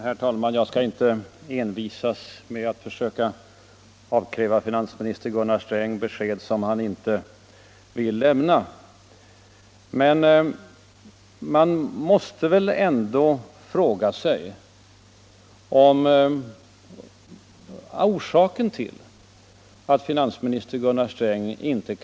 Herr talman! Jag skall inte längre envisas med att försöka avkräva finansminister Gunnar Sträng besked som han inte vill lämna. Men man måste väl ändå fråga efter orsaken till att finansminister Gunnar Sträng är så tystlåten.